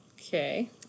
Okay